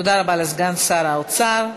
תודה רבה לסגן שר האוצר.